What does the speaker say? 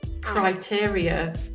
criteria